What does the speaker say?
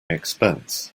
expense